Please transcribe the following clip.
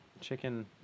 chicken